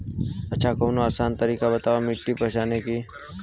अच्छा कवनो आसान तरीका बतावा मिट्टी पहचाने की?